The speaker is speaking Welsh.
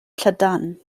llydan